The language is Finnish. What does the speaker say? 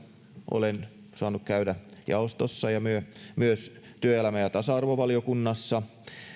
olen saanut käydä jaostossa ja myös työelämä ja tasa arvovaliokunnassa